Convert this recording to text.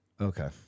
Okay